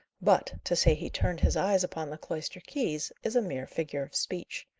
but, to say he turned his eyes upon the cloister keys, is a mere figure of speech.